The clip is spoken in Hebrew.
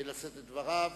לשאת את דבריו.